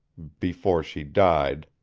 before she died.